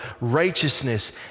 righteousness